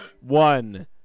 One